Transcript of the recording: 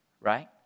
right